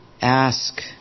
ask